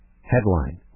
Headline